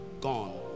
gone